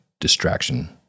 distraction